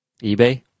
eBay